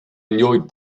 enjoyed